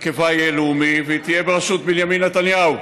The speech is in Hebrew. הרכבה יהיה לאומי והיא תהיה בראשות בנימין נתניהו.